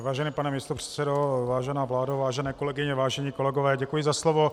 Vážený pane místopředsedo, vážená vládo, vážení kolegyně, vážení kolegové, děkuji za slovo.